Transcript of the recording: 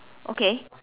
okay